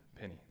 penny